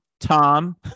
Tom